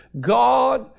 God